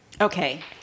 Okay